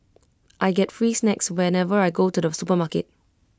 I get free snacks whenever I go to the supermarket